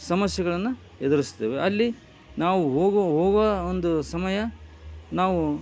ಸಮಸ್ಯೆಗಳನ್ನು ಎದುರಿಸ್ತೇವೆ ಅಲ್ಲಿ ನಾವು ಹೋಗುವ ಹೋಗುವ ಒಂದು ಸಮಯ ನಾವು